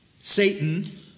Satan